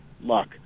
luck